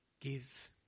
give